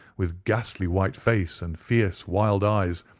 with ghastly white face and fierce, wild eyes,